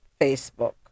Facebook